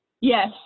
Yes